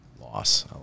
Loss